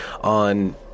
on